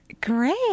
Great